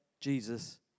Jesus